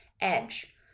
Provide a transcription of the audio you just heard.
edge